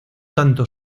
tanto